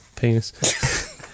penis